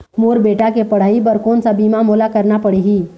मोर बेटा के पढ़ई बर कोन सा बीमा मोला करना पढ़ही?